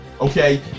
okay